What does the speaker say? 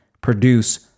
produce